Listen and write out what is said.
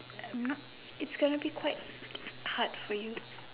I'm not it's gonna be quite hard for you